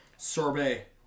Sorbet